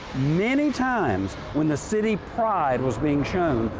many times when the city pride was being shown,